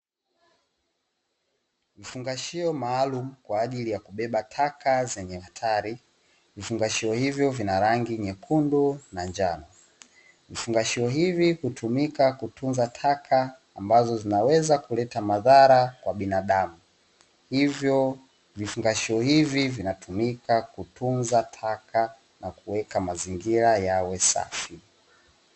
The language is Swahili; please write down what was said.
Vifungashia maalumu kwa ajili ya kubeba taka zenye hatar, vifungashio hivyo vina rangi nyekundu na njano. Vifungashio hivi hutumika kutunza taka ambazo zinaweza kuleta madhara kwa binadamu, hivyo vifungashio hivi vinatumika kutunza taka na kuweka mazingira yawe safi.